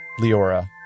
Leora